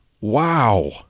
wow